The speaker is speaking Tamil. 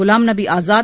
குலாம் நபி ஆசாத்